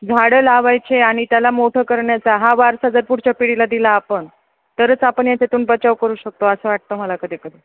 झाडं लावायचे आणि त्याला मोठं करण्याचा हा वारसा जर पुढच्या पिढीला दिला आपण तरच आपण याच्यातून बचाव करू शकतो असं वाटतं मला कधी कधी